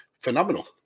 phenomenal